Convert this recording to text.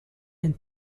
and